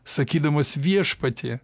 sakydamas viešpatie